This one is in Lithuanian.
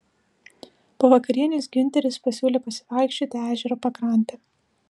po vakarienės giunteris pasiūlė pasivaikščioti ežero pakrante